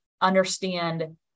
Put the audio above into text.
understand